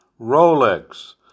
Rolex